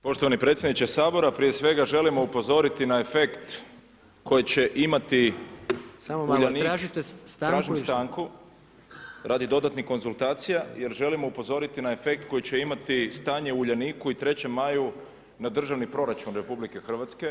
Poštovani predsjedničke sabora, prije svega želimo upozoriti na efekt koji će imati [[Upadica: Samo malo, tražite stanku ili što?]] tražim stanku, radi dodatnih konzultacija jer želimo upozoriti na efekt koji će imati stanje u Uljaniku i 3. maju na Državni proračun RH.